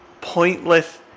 pointless